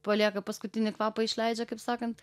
palieka paskutinį kvapą išleidžia kaip sakant